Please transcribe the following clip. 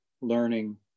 learning